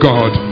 God